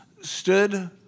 stood